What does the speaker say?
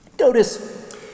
Notice